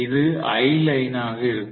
இது I line ஆக இருக்கும்